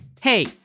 Hey